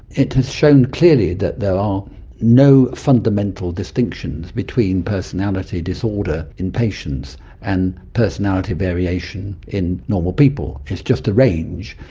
it has shown clearly that there are no fundamental distinctions between personality disorder in patients and personality variation in normal people. it's just a range.